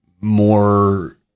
more